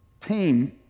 team